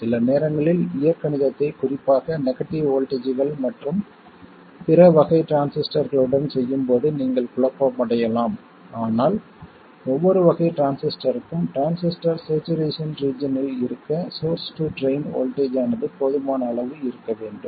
சில நேரங்களில் இயற்கணிதத்தை குறிப்பாக நெகட்டிவ் வோல்ட்டேஜ்கள் மற்றும் பிற வகை டிரான்சிஸ்டர்களுடன் செய்யும்போது நீங்கள் குழப்பமடையலாம் ஆனால் ஒவ்வொரு வகை டிரான்சிஸ்டருக்கும் டிரான்சிஸ்டர் சேச்சுரேஷன் ரீஜன்யில் இருக்க சோர்ஸ் டு ட்ரைன் வோல்ட்டேஜ் ஆனது போதுமான அளவு இருக்க வேண்டும்